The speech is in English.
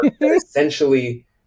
Essentially